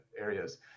areas